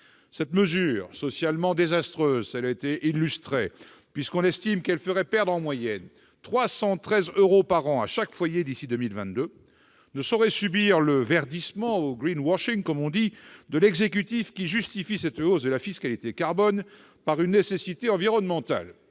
Cette mesure, socialement désastreuse, puisqu'on estime qu'elle ferait perdre en moyenne 313 euros par an à chaque foyer d'ici à 2022, ne saurait subir le verdissement ou de l'exécutif, lequel justifie cette hausse de la fiscalité carbone par une nécessité environnementale.